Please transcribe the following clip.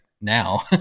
now